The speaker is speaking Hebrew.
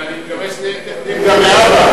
אבל אני מקווה שזה יהיה תקדים גם להבא.